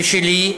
ושלי.